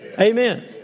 Amen